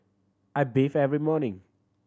I bathe every morning